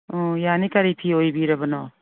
ꯑꯣ ꯌꯥꯅꯤ ꯀꯔꯤ ꯐꯤ ꯑꯣꯏꯕꯤꯔꯕꯅꯣ